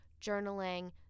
journaling